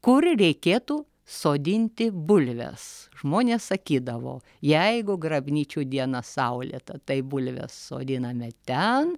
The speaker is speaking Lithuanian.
kur reikėtų sodinti bulves žmonės sakydavo jeigu grabnyčių diena saulėta tai bulves sodiname ten